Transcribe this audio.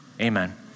Amen